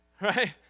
right